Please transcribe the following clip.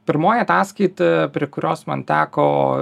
pirmoji ataskaita prie kurios man teko